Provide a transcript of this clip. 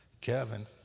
Kevin